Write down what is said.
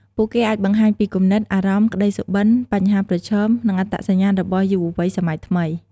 ពួកគេអាចបង្ហាញពីគំនិត អារម្មណ៍ ក្តីសុបិន្ត បញ្ហាប្រឈម និងអត្តសញ្ញាណរបស់យុវវ័យសម័យថ្មី។